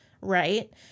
Right